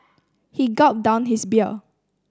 he gulped down his beer